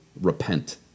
repent